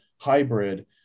hybrid